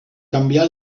canviar